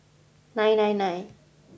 nine nine nine